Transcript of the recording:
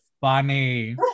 funny